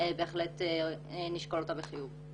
בהחלט נשקול אותה בחיוב.